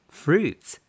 fruits